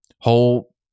whole